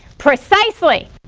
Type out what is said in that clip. precisely.